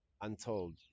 untold